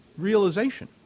Realization